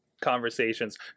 conversations